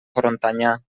frontanyà